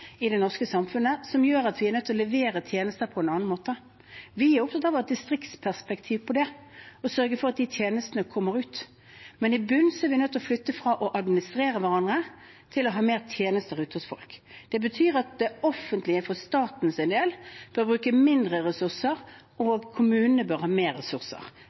som gjør at vi er nødt til å levere tjenester på en annen måte. Vi er opptatt av å ha et distriktsperspektiv på det og sørge for at tjenestene kommer ut, men i bunnen ligger at vi er nødt til å flytte oss fra å administrere hverandre til å ha flere tjenester ute hos folk. Det betyr at det offentlige, i form av staten, bør bruke færre ressurser, og at kommunene bør ha flere ressurser.